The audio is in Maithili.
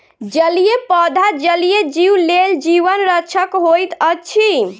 जलीय पौधा जलीय जीव लेल जीवन रक्षक होइत अछि